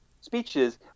speeches